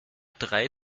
drei